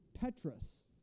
petrus